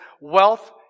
wealth